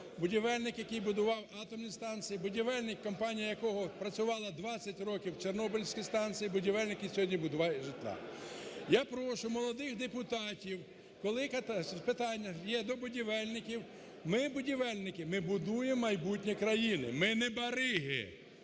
будівельник, який будував атомні станції, будівельник, компанія якого працювала 20 років на чорнобильській станції, будівельник, який сьогодні будує житло. Я прошу молодих депутатів, коли питання є до будівельників, ми, будівельники, ми будуємо майбутнє країни, ми не бариги,